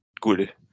good